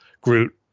Groot